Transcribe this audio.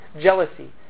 jealousy